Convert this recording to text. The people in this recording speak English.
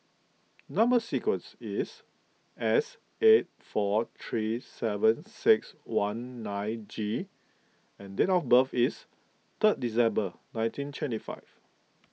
Number Sequence is S eight four three seven six one nine G and date of birth is third December nineteen twenty five